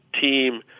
team